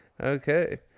Okay